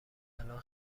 الان